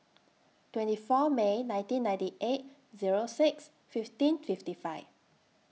twenty four May nineteen ninety eight Zero six fifteen fifty five